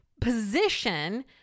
position